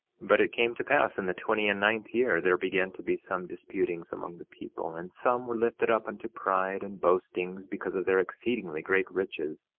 but it came to pass in the twenty and ninth year there began to be some disputings among the people and some were lifted up unto pride and boastings because of their exceedingly great riches,